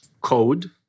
code